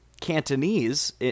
Cantonese